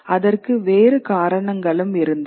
அதற்கு வேறு காரணங்களும் இருந்தன